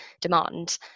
demand